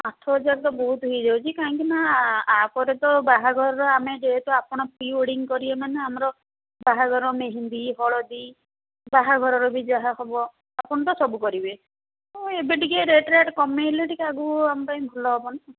ଆଠହଜାର ତ ବହୁତ ହେଇ ଯାଉଛି କାହିଁକି ନା ୟା ପରେ ତ ବାହାଘରର ଆମେ ଯେହେତୁ ଆପଣ ପ୍ରି ୱେଡ଼ିଙ୍ଗ୍ କରିବେ ମାନେ ଆମର ବାହାଘର ମେହେନ୍ଦି ହଳଦୀ ବାହାଘରର ବି ଯାହା ହେବ ଆପଣ ତ ସବୁ କରିବେ ଆଉ ଏବେ ଟିକେ ରେଟ୍ ରାଟ୍ କମାଇଲେ ଟିକେ ଆଗକୁ ଆମ ପାଇଁ ଭଲ ହେବନା